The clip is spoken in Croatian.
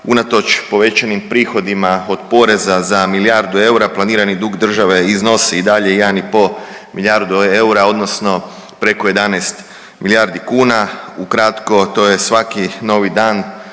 unatoč povećanim prihodima od poreza za milijardu eura, planirani dug države iznosi i dalje 1,5 milijardi eura odnosno preko 11 milijardi kuna. Ukratko, to je svaki novi dan,